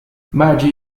magee